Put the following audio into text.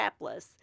strapless